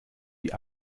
wie